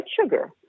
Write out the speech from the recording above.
sugar